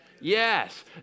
yes